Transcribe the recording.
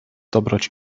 dobroć